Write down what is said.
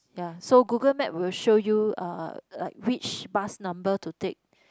ya so Google Map will show you uh like which bus number to take